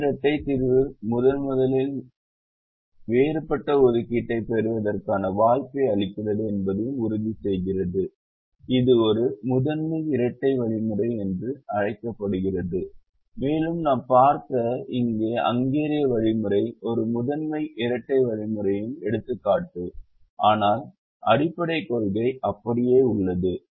புதிய இரட்டை தீர்வு முதன்முதலில் வேறுபட்ட ஒதுக்கீட்டைப் பெறுவதற்கான வாய்ப்பை அளிக்கிறது என்பதையும் உறுதிசெய்கிறது இது ஒரு முதன்மை இரட்டை வழிமுறை என்று அழைக்கப்படுகிறது மேலும் நாம் பார்த்த இந்த ஹங்கேரிய வழிமுறை ஒரு முதன்மை இரட்டை வழிமுறையின் எடுத்துக்காட்டு ஆனால் அடிப்படைக் கொள்கை அப்படியே உள்ளது